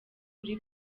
kuri